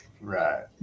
right